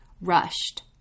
rushed